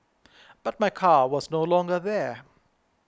but my car was no longer there